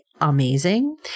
amazing